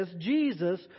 Jesus